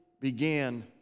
began